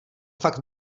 fakt